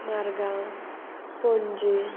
Margao Panaji